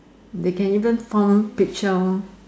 they can even form picture